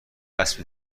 اسبی